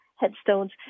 Headstones